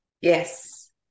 yes